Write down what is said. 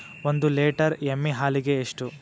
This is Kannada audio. ಒಂದು ಲೇಟರ್ ಎಮ್ಮಿ ಹಾಲಿಗೆ ಎಷ್ಟು?